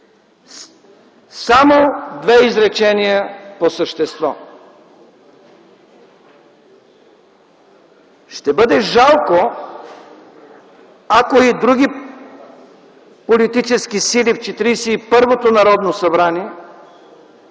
Само две изречения по същество. Ще бъде жалко, ако и други политически сили в 41-то Народно събрание,